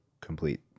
complete